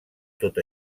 tot